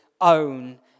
own